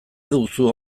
duzu